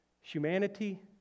Humanity